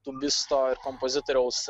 tūbisto ir kompozitoriaus